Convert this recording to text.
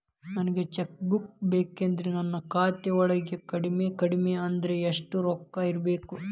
ನನಗ cheque book ಬೇಕಂದ್ರ ನನ್ನ ಖಾತಾ ವಳಗ ಕಡಮಿ ಕಡಮಿ ಅಂದ್ರ ಯೆಷ್ಟ್ ರೊಕ್ಕ ಇರ್ಬೆಕು?